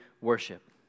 worship